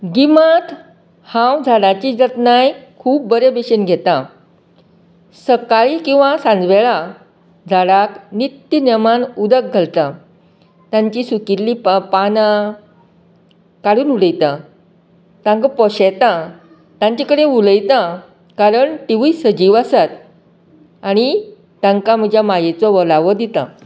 गिमात हांव झाडाची जतनाय खूब बरें बशेन घेतां सकाळीं किंवां सांज वेळा झाडाक नित्य नेमान उदक घालता तांची सुकील्लीं पानां कडून उडयता तांकां पोशेंता तांचे कडेन उलयतां कारण तिवूय सजीव आसात आनी तांकां म्हज्या मायेचों ओलावो दितां